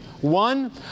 One